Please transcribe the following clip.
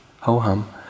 Ho-hum